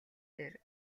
дээр